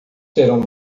serão